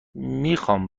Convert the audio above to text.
میخام